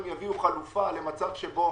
יביאו חלופה למצב שבו